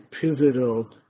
pivotal